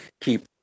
keep